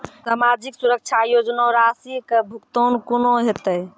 समाजिक सुरक्षा योजना राशिक भुगतान कूना हेतै?